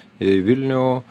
į vilnių